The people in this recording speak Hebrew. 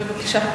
בבקשה.